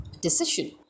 decision